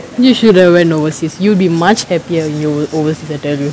you should have went overseas you would be much happier if you were overseas I tell you